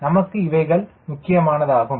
நமக்கு இவைகள் முக்கியமானதாகும்